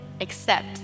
accept